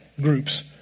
groups